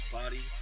body